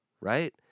right